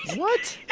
what?